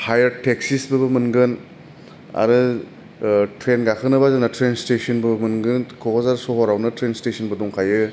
हायेर टेकस्सिबो मोनगोन आरो ट्रेन गाखोनोबा जोंना ट्रेन स्टेसनबो मोनगोन क'क्राझार सहरावनो ट्रेन स्टेसनबो दंखायो